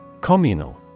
Communal